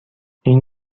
این